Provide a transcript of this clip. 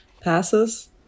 passes